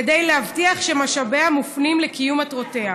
כדי להבטיח כי משאביה מופנים לקיום מטרותיה.